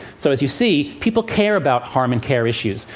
so as you see, people care about harm and care issues.